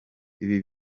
ibi